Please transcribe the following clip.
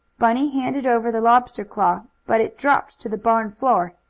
bunny handed over the lobster claw, but it dropped to the barn floor,